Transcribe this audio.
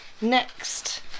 next